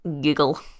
Giggle